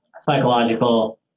psychological